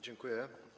Dziękuję.